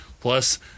plus